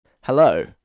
Hello